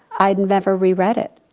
i've never re-read it.